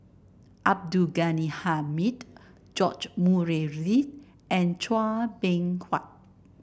Abdul Ghani Hamid George Murray Reith and Chua Beng Huat